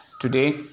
today